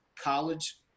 college